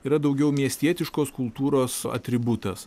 yra daugiau miestietiškos kultūros atributas